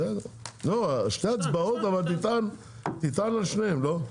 בסדר, שתי הצבעות אבל תטען על שתיהן לא?